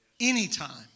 Anytime